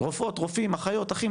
רופאות, רופאים, אחיות, אחים.